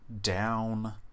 down